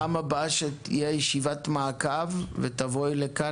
בפעם הבאה שתהיה ישיבת מעקב ותבואי לכאן,